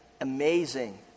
amazing